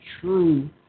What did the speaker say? true